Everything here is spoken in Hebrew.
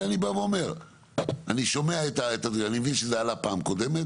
אני שומע ומבין שזה עלה בפעם הקודמת.